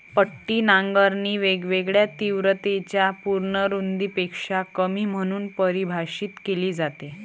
पट्टी नांगरणी वेगवेगळ्या तीव्रतेच्या पूर्ण रुंदीपेक्षा कमी म्हणून परिभाषित केली जाते